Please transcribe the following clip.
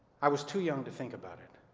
i was too young to think about it.